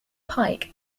pike